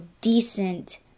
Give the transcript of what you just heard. decent